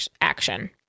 action